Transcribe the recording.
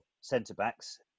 centre-backs